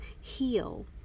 heal